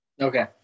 Okay